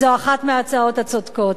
זו אחת מההצעות הצודקות.